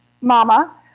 mama